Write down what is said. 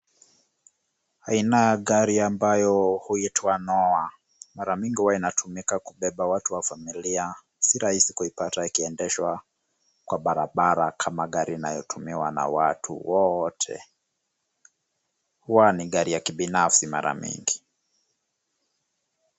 Aina ya gari ambayo huitwa Noah. Mara mengi huwa inatumika kubeba watu wa familia. Si rahisi kuipata ikiendeshwa kwa barabara kama gari inayotumiwa na watu wowote. Huwa ni gari ya kibinafsi mara mingi.